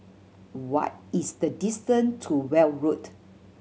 what is the distance to Weld Road